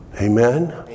Amen